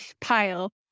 pile